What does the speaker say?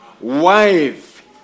Wife